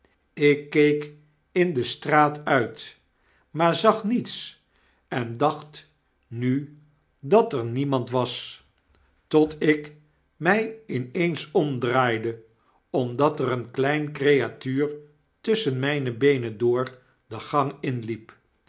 ik keek in de straat uit maar zag niets en dacht nu dat er niemand was tot ik my in eens omdraaide omdat er een klein creatuur tusschen mijne beenen door de gang inliep